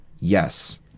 yes